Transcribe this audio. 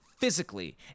physically